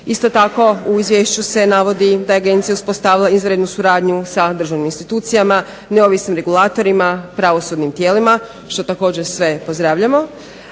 Isto tako, u izvješću se navodi da je Agencija uspostavila izvanrednu suradnju sa državnim institucijama, neovisnim regulatorima, pravosudnim tijelima što također sve pozdravljamo,